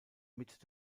mit